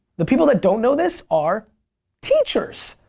the people that don't know this are teachers.